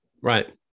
Right